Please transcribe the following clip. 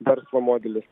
verslo modelis